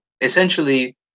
essentially